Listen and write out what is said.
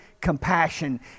compassion